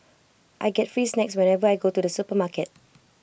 I get free snacks whenever I go to the supermarket